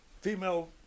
female